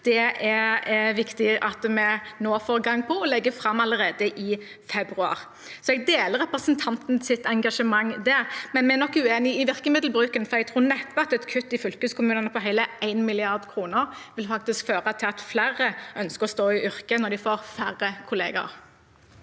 er det viktig at vi nå får i gang og legger fram allerede i februar. Jeg deler representantens engasjement der, men vi er nok uenige om virkemiddelbruken, for jeg tror neppe at et kutt på hele 1 mrd. kr i fylkeskommunene vil føre til at flere ønsker å stå i yrket når de får færre kollegaer.